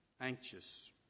anxious